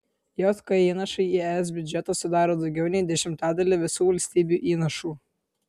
jk įnašai į es biudžetą sudaro daugiau nei dešimtadalį visų valstybių įnašų